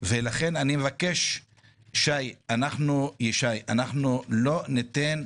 לכן אני מבקש שאנחנו לא ניתן,